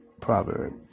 proverb